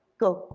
go.